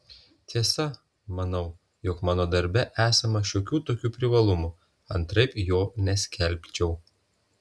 tiesa manau jog mano darbe esama šiokių tokių privalumų antraip jo neskelbčiau